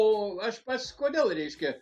o aš pats kodėl reiškia